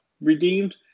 redeemed